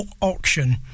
auction